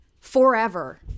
forever